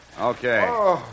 Okay